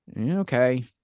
okay